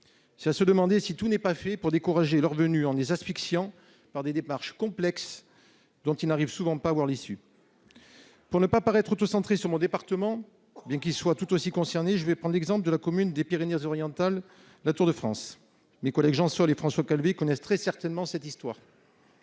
C'est à se demander si tout n'est pas fait pour décourager la venue de ces médecins en asphyxiant les maires par des démarches complexes, dont ils n'arrivent souvent pas à voir l'issue. Pour ne pas paraître autocentré sur mon département, bien qu'il soit tout autant concerné, je vais prendre l'exemple de la commune de Latour-de-France, dans les Pyrénées-Orientales- mes collègues Jean Sol et François Calvet connaissent très certainement cette histoire.